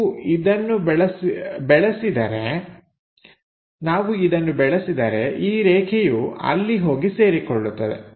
ಇವು ಇದನ್ನು ಬೆಳೆಸಿದರೆ ಈ ರೇಖೆಯು ಅಲ್ಲಿ ಹೋಗಿ ಸೇರಿಕೊಳ್ಳುತ್ತದೆ